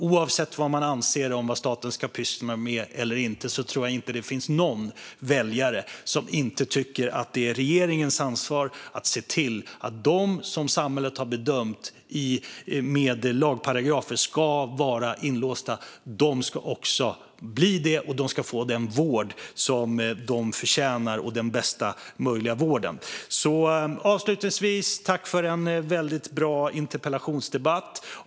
Oavsett vad man anser att staten ska pyssla med eller inte tror jag inte att det finns någon väljare som inte tycker att det är regeringens ansvar att se till att de som samhället utifrån lagparagrafer har bedömt ska vara inlåsta också ska bli det och att de ska få den vård som de förtjänar - den bästa möjliga vården. Avslutningsvis: Tack för en bra interpellationsdebatt!